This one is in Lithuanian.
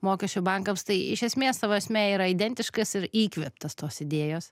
mokesčiu bankams tai iš esmės savo esme yra identiškas ir įkvėptas tos idėjos